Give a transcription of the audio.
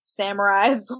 samurais